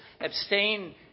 abstain